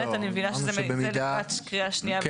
אני מבינה שזה לקראת הקריאה השנייה והשלישית.